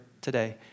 today